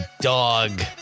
dog